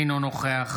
אינו נוכח